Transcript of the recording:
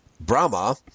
Brahma